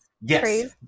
Yes